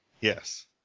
Yes